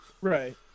Right